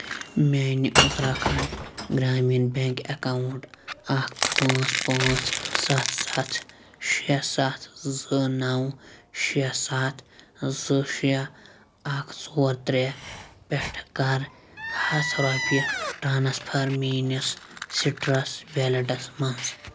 میٛانہِ Uttarakhand Gramin bank account اَکھ پانٛژھ پانٛژھ سَتھ سَتھ شےٚ سَتھ زٕ نَو شےٚ سَتھ زٕ شےٚ اَکھ ژور ترٛےٚ پٮ۪ٹھٕ کر ہَتھ رۄپیہِ ٹرٛانٕسفَر میٛٲنِس سِٹرٛس ویلیٹَس مَنٛز